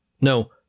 No